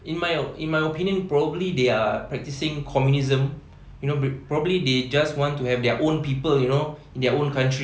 in my in my opinion probably they are practising communism you know probably they just want to have their own people you know in their own country